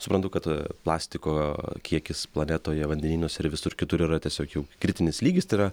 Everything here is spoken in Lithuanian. suprantu kad plastiko kiekis planetoje vandenynuose ir visur kitur yra tiesiog jau kritinis lygis tai yra